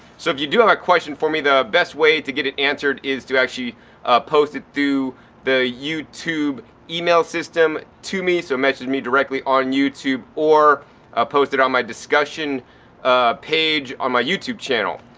so, if you do have a question for me the best way to get it answered is to actually ah post it to the youtube email system to me, so message me directly on youtube or ah post it on my discussion page on my youtube channel.